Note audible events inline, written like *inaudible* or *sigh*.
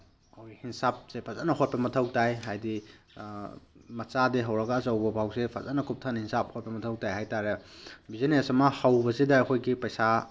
*unintelligible* ꯍꯤꯟꯁꯥꯞꯁꯦ ꯐꯖꯅ ꯍꯣꯠꯄ ꯃꯊꯧ ꯇꯥꯏ ꯍꯥꯏꯗꯤ ꯃꯆꯥꯗꯒꯤ ꯍꯧꯔꯒ ꯑꯆꯧꯕ ꯐꯥꯎꯁꯦ ꯐꯖꯅ ꯀꯨꯞꯊꯅ ꯍꯤꯟꯁꯥꯞ ꯍꯣꯠꯄ ꯃꯊꯧ ꯇꯥꯏ ꯍꯥꯏꯇꯥꯔꯦ ꯕꯤꯖꯤꯅꯦꯁ ꯑꯃ ꯍꯧꯕꯁꯤꯗ ꯑꯩꯈꯣꯏꯒꯤ ꯄꯩꯁꯥ